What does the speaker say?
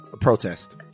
protest